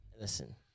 listen